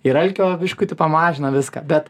ir alkio biškutį pamažina viską bet